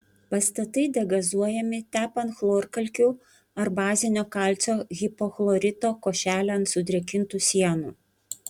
pastatai degazuojami tepant chlorkalkių ar bazinio kalcio hipochlorito košelę ant sudrėkintų sienų